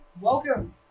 Welcome